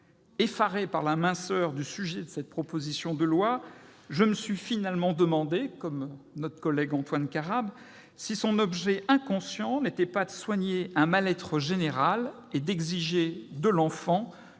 Effaré par la minceur du sujet de cette proposition de loi, je me suis finalement demandé, comme notre collègue Antoine Karam, si son objet inconscient n'était pas de soigner un mal-être général et d'exiger de l'enfant